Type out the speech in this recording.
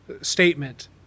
statement